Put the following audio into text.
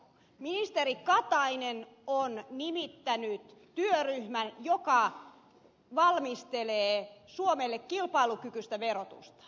ministeri katainen on nimittänyt työryhmän joka valmistelee suomelle kilpailukykyistä verotusta